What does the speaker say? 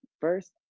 first